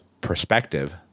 perspective –